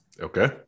Okay